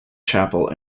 chapel